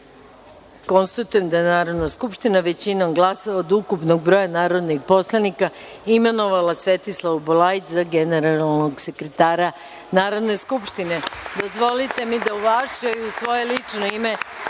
poslanika. Konstatujem da je Narodna skupština većinom glasova od ukupnog broja narodnih poslanika imenovala Svetlanu Bulajić za generalnog sekretara Narodne skupštine. Dozvolite mi da u vaše i u svoje lično ime